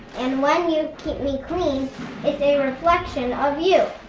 and when you keep me clean it's a reflection of you!